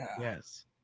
yes